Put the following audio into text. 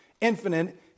infinite